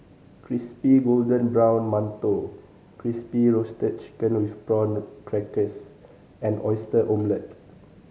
crispy golden brown mantou Crispy Roasted Chicken with Prawn Crackers and Oyster Omelette